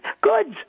goods